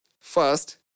First